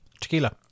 Tequila